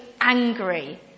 angry